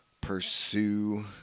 pursue